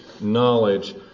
knowledge